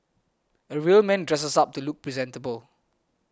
a real man dresses up to look presentable